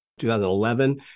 2011